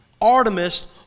Artemis